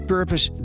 Purpose